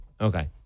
Okay